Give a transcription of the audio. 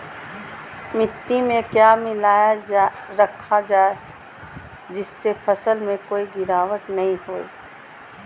मिट्टी में क्या मिलाया रखा जाए जिससे फसल में कोई गिरावट नहीं होई?